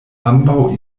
ambaŭ